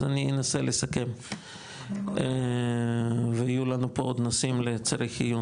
אז אני אנסה לסכם ויהיו לנו פה עוד נושאים לעיון,